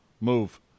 Move